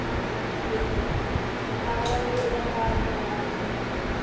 ठीक है वातावरण भी इधर का अच्छा है